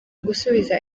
gusubiza